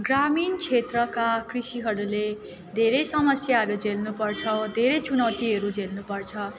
ग्रामीण क्षेत्रका कृषिहरूले धेरै समस्याहरू झेल्नुपर्छ धेरै चुनौतीहरू झेल्नुपर्छ